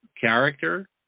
character